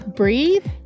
breathe